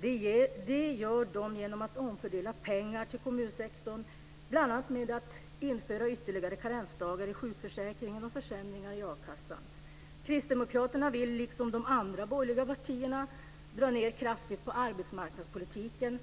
Det gör de genom att omfördela pengar till kommunsektorn bl.a. med att införa ytterligare karensdagar i sjukförsäkringen och försämringar i akassan. Kristdemokraterna vill liksom de andra borgerliga partierna dra ned kraftigt på arbetsmarknadspolitiken.